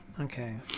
Okay